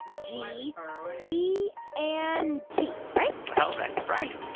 g, c and t, right? well, that's right.